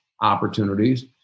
opportunities